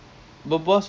so ya